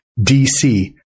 DC